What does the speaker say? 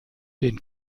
den